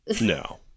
No